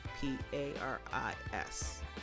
P-A-R-I-S